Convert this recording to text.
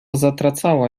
zatracała